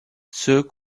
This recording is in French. ceux